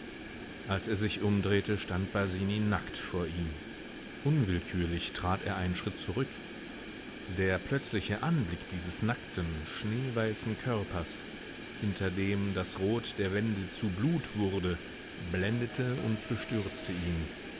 als er sich umdrehte stand basini nackt vor ihm unwillkürlich trat er einen schritt zurück der plötzliche anblick dieses nackten schneeweißen körpers hinter dem das rot der wände zu blut wurde blendete und bestürzte ihn